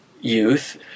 youth